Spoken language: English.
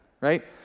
right